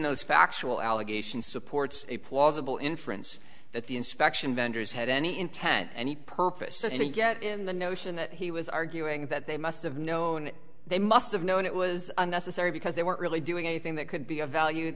those factual allegations supports a plausible inference that the inspection vendors had any intent and purpose and you get in the notion that he was arguing that they must have known they must have known it was unnecessary because they weren't really doing anything that could be of value